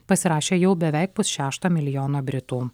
pasirašė jau beveik pusšešto milijono britų